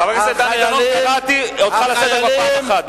חבר הכנסת דני דנון, קראתי אותך לסדר כבר פעם אחת.